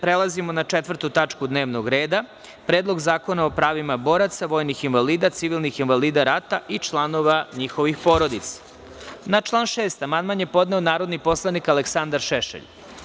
Prelazimo na 4. tačku dnevnog reda – PREDLOG ZAKONA O PRAVIMA BORACA, VOJNIH INVALIDA, CIVILNIH INVALIDA RATA I ČLANOVA NjIHOVIH PORODICA Na član 6. amandman je podneo narodni poslanik Aleksandar Šešelj.